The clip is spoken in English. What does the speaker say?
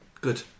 Good